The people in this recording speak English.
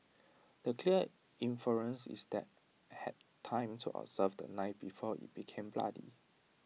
the clear inference is that had time to observe the knife before IT became bloody